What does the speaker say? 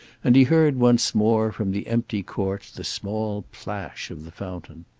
and he heard once more, from the empty court, the small plash of the fountain.